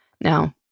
Now